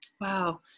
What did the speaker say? Wow